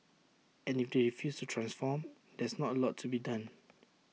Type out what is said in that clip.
and if they refuse to transform there's not A lot to be done